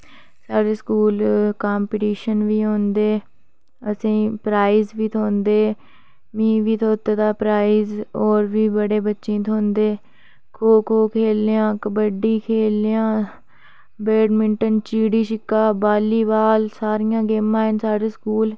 साढ़े school competition बी होंदे असेंगी प्राईज़ बी थ्होंदे मिगी बी थ्होए दा प्राईज़ होर बी बड़े बच्चें गी थ्होंदे खो खो खेल्लने आह्लें गी थ्होंदे खो खो खेल्लने आं कबड्डी खेल्लने आं बैडमिंटन चिड़ी छिक्का वॉलीबॉल सारियां गेमां हैन साढ़े स्कूल